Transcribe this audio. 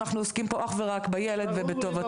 אנחנו עוסקים פה אך ורק בילד ובטובתו.